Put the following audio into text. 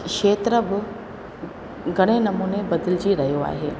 खेत्र बि घणे नमूने बदिलजी रहियो आहे